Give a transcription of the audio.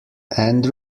end